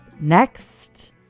next